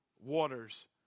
waters